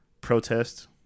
protest